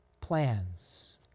plans